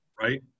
right